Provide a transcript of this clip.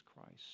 Christ